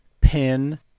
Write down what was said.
pin